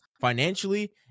financially